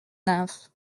nymphes